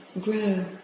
grow